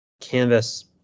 canvas